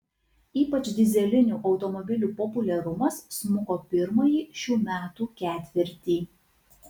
ypač dyzelinių automobilių populiarumas smuko pirmąjį šių metų ketvirtį